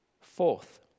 Fourth